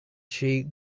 she